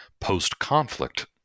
post-conflict